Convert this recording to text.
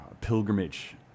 pilgrimage